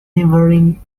neighboring